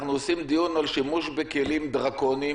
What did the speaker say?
אנחנו עושים דיון על שימוש בכלים דרקוניים,